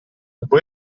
dopo